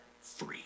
free